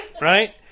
right